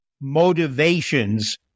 motivations